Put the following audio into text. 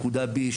נקודה בי,